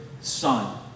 Son